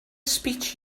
speech